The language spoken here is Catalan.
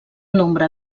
nombre